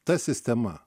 ta sistema